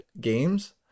games